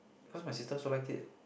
cause my sister also like it